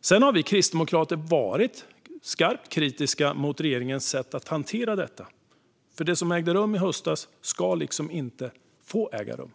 Sedan har vi kristdemokrater varit skarpt kritiska mot regeringens sätt att hantera detta. Det som ägde rum i höstas ska inte få äga rum.